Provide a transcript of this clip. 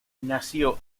nació